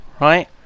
right